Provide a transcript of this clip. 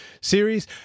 series